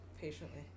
patiently